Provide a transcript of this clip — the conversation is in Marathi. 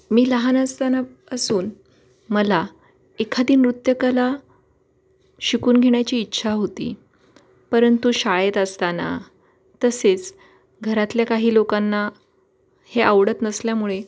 मी लहान असताना असून मला एखादी नृत्यकला शिकून घेण्याची इच्छा होती परंतु शाळेत असताना तसेच घरातल्या काही लोकांना हे आवडत नसल्यामुळे